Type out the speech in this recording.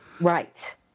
Right